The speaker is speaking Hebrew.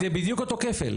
כי זה בדיוק אותו כפל.